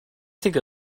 think